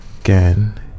Again